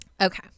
okay